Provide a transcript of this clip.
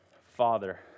Father